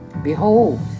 Behold